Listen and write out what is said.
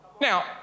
Now